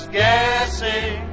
guessing